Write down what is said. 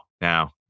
now